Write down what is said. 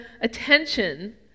attention